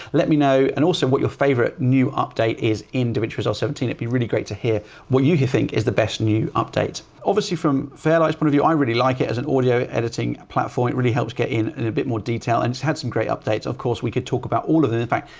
let me know. and also what your favorite new update is in davinci resolve seventeen, it'd be really great to hear what you think is the best new updates. obviously from fairlight's point of view, i really like it as an audio editing platform. it really helps get in in a bit more detail and it's had some great updates. of course we could talk about all of them. in fact,